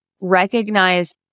recognize